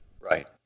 Right